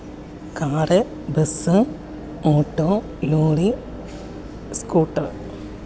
car bus auto lorry scooter